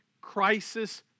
crisis